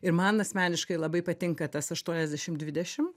ir man asmeniškai labai patinka tas aštuoniasdešim dvidešim